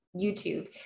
YouTube